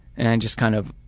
and i just kind of,